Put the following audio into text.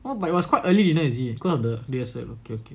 !wah! but it was quite early dinner is it because of the rehearsal okay okay